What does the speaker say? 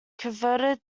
converted